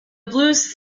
blues